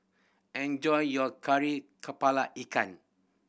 enjoy your Kari Kepala Ikan